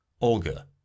Olga